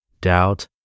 doubt